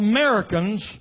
Americans